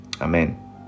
amen